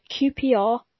QPR